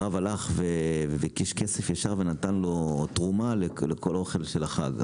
הרב הלך וביקש כסף ישר ונתן לו תרומה לכל האוכל של החג.